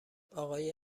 آقای